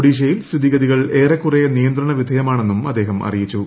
ഒഡീഷയിൽ സ്ഥിതിഗതികൾ ഏറെക്കുറേ നിയന്ത്രണവിധേയമാണെന്നും അദ്ദേഹം അറിയിച്ചു